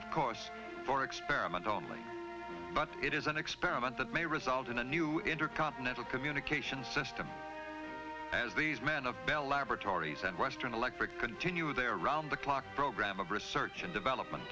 of course for experiment only but it is an experiment that may result in a new intercontinental communications system as these men of bell laboratories and western electric continue their around the clock program of research and development